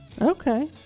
Okay